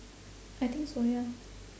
I think so ya